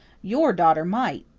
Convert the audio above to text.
your daughter might,